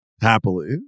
happily